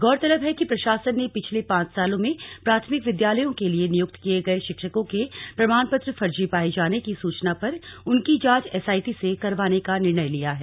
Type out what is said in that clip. गौरतलब है कि प्रशासन ने पिछले पांच सालों में प्राथमिक विद्यालयों के लिए नियुक्त किए गए शिक्षकों के प्रमाण पत्र फर्जी पाए जाने की सूचना पर उनकी जांच एसआईटी से करवाने का निर्णय लिया है